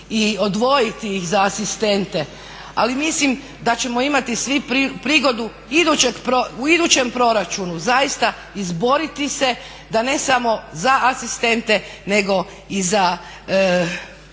i odvojiti ih za asistente. Ali mislim da ćemo imati svi prigodi u idućem proračunu zaista izboriti se ne samo za asistente nego i za